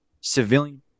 civilian